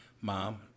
mom